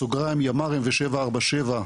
בסוגריים ימ"רים ו- 747,